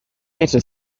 better